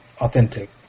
authentic